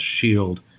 shield